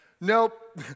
nope